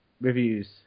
reviews